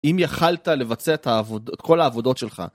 אם יכולת לבצע את כל העבודות שלך.